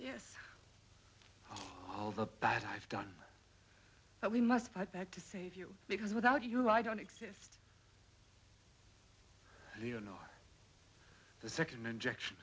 yes all the bad i've done but we must fight back to save you because without you i don't exist you know the second injection